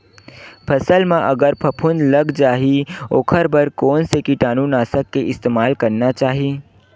फसल म अगर फफूंद लग जा ही ओखर बर कोन से कीटानु नाशक के इस्तेमाल करना चाहि?